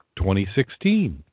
2016